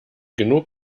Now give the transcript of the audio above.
genug